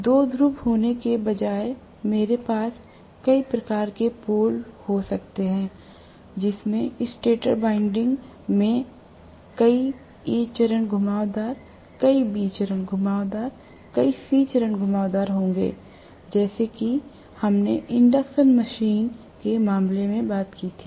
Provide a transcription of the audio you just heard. दो ध्रुव होने के बजाय मेरे पास कई प्रकार के पोल हो सकते हैं जिसमें स्टेटर वाइंडिंग में कई A चरण घुमावदार कई B चरण घुमावदार कई C चरण घुमावदार होगे जैसे कि हमने इंडक्शन मशीन के मामले में बात की थी